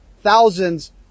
thousands